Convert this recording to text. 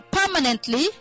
permanently